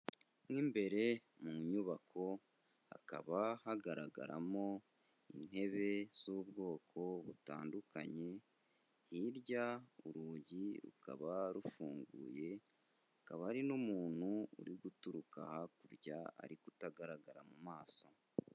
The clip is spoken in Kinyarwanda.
Mo imbere mu nyubako, hakaba hagaragaramo intebe z'ubwoko butandukanye, hirya urugi rukaba rufunguye, hakaba hari n'umuntu uri guturuka hakurya ariko utagaragara mu maso.